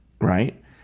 right